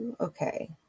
okay